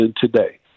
today